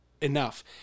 enough